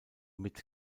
mit